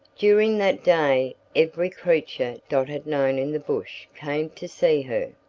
during that day every creature dot had known in the bush came to see her,